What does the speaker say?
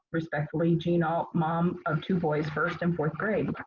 respectfully, jean ault, mom of two boys, first and fourth grade.